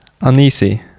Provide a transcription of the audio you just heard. uneasy